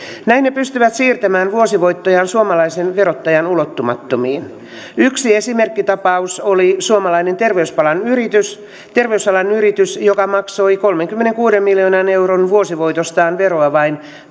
näin ne pystyvät siirtämään vuosivoittojaan suomalaisen verottajan ulottumattomiin yksi esimerkkitapaus oli suomalainen terveysalan yritys terveysalan yritys joka maksoi kolmenkymmenenkuuden miljoonan euron vuosivoitostaan veroa vain